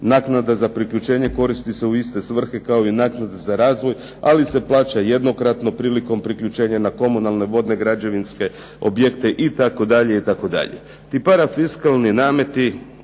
Naknada za priključenje koristi se u iste svrhe kao i naknada za razvoj, ali se plaća jednokratno prilikom priključenja na komunalne, vodne, građevinske objekte itd.